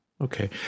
Okay